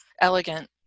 Elegant